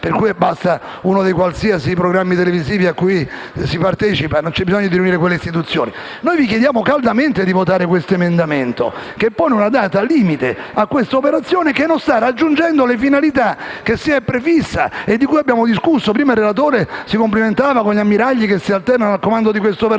partecipare ad uno qualsiasi dei programmi televisivi e non c'è bisogno delle istituzioni. Noi chiediamo caldamente di votare a favore dell'emendamento 1.8 (testo 2), che pone una data limite a questa operazione che non sta raggiungendo le finalità che si è prefissa e di cui abbiamo discusso. Prima il relatore si complimentava con gli ammiragli che si alternano al comando di questa operazione.